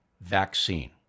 vaccine